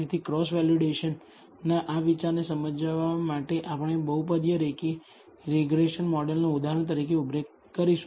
તેથી ક્રોસ વેલિડેશનના આ વિચારને સમજાવવા માટે આપણે આ બહુપદી રીગ્રેસન મોડેલનો ઉદાહરણ તરીકે ઉપયોગ કરીશું